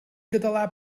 català